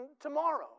tomorrow